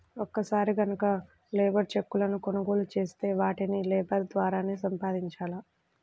ఒక్కసారి గనక లేబర్ చెక్కులను కొనుగోలు చేత్తే వాటిని లేబర్ ద్వారానే సంపాదించాల